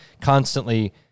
constantly